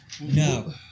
No